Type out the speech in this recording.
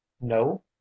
No